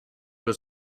was